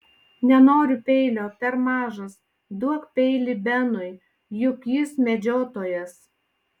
nenoriu peilio per mažas duok peilį benui juk jis medžiotojas